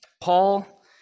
Paul